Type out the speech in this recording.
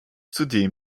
zudem